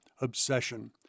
obsession